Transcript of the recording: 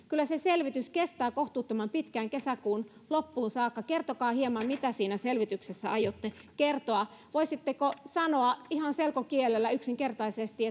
kyllä se selvitys kestää kohtuuttoman pitkään kesäkuun loppuun saakka kertokaa hieman mitä siinä selvityksessä aiotte kertoa voisitteko sanoa ihan selkokielellä yksinkertaisesti